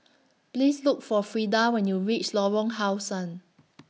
Please Look For Frida when YOU REACH Lorong How Sun